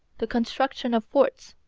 the construction of forts,